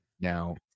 now